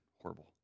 horrible